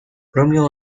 romeo